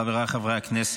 חבריי חברי הכנסת,